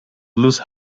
lose